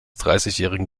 dreißigjährigen